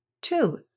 Two